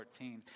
14